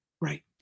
Right